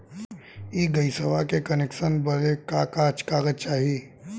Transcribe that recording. इ गइसवा के कनेक्सन बड़े का का कागज चाही?